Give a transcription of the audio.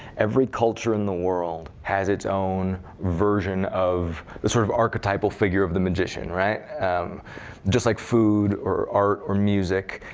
every culture in the world has its own version of the sort of archetypal figure of the magician. um just like food or art or music,